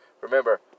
Remember